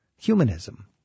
humanism